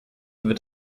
wird